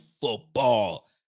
football